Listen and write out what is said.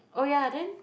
oh yeah then